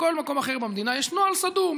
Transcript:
בכל מקום אחר במדינה יש נוהל סדור,